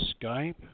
Skype